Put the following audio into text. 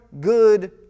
good